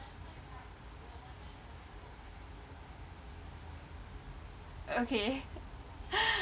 okay